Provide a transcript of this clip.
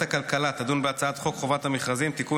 הכלכלה תדון בהצעת חוק חובת המכרזים (תיקון,